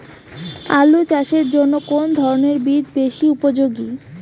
আলু চাষের জন্য কোন ধরণের বীজ বেশি উপযোগী?